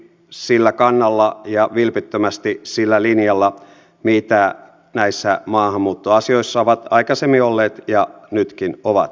he ovat aidosti sillä kannalla ja vilpittömästi sillä linjalla mitä näissä maahanmuuttoasioissa ovat aikaisemmin olleet ja nytkin ovat